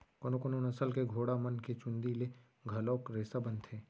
कोनो कोनो नसल के घोड़ा मन के चूंदी ले घलोक रेसा बनथे